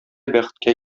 бәхеткә